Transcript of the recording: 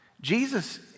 Jesus